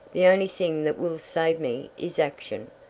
the only thing that will save me is action.